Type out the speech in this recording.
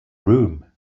room